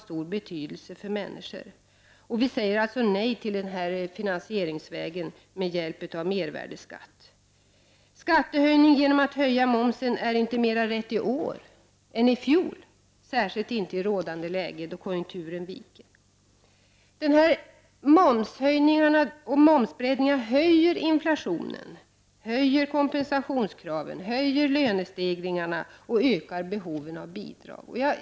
Vi i centern säger nej till nya skattehöjningar via momshöjningar. Skattehöjning genom att höja momsen är inte mera rätt i år än i fjol — särskilt inte i rådande läge, då konjunkturen viker. Denna momshöjning och momsbreddning ökar inflationen, höjer kompensationskraven, höjer lönestegringarna och ökar behoven av bidrag.